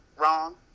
wrong